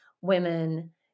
women